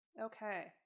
Okay